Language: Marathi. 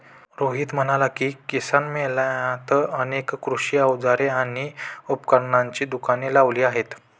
रोहित म्हणाला की, किसान मेळ्यात अनेक कृषी अवजारे आणि उपकरणांची दुकाने लावली आहेत